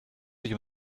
sich